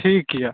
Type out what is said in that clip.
ठीक अइ